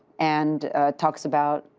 and talks about,